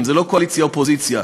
זה לא קואליציה אופוזיציה,